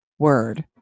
Word